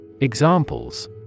Examples